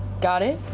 got it.